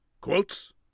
Quotes